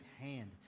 hand